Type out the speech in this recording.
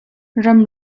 ram